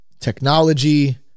technology